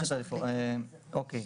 אוקי.